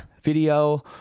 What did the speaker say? video